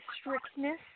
strictness